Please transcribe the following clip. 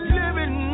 living